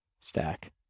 stack